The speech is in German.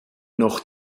noch